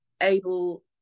able